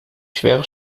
schwere